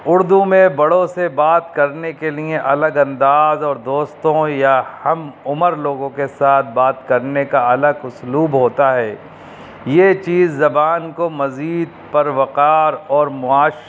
اردو میں بڑوں سے بات کرنے کے لیے الگ انداز اور دوستوں یا ہم عمر لوگوں کے ساتھ بات کرنے کا الگ اسلوب ہوتا ہے یہ چیز زبان کو مزید پر وقار اور معاش